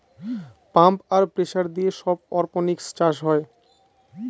pump আর pressure দিয়ে সব অরপনিক্স চাষ হয়